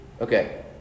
Okay